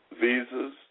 visas